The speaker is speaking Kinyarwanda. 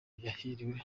yahiriwe